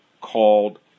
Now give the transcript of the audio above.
called